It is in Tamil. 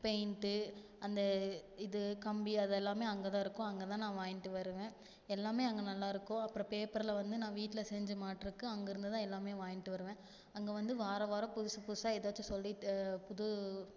பெயிண்ட்டு அந்த இது கம்பி அதெல்லாம் அங்கே தான்ருக்கும் அங்கே தான் நான் வாங்கிட்டு வருவேன் எல்லாம் அங்கே நல்லாயிருக்கும் அப்புறோம் பேப்பரில் வந்து நான் வீடில் செஞ்சு மாட்டுறக்கு அங்கே இருந்துதான் எல்லாம் வாங்கிட்டு வருவேன் அங்கே வந்து வாரம் வாரம் புதுசுபுதுசாக எதாச்சும் சொல்லிட்டு புது